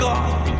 God